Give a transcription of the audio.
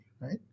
right